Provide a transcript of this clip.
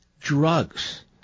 drugs